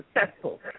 successful